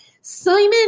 Simon